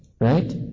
Right